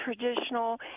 traditional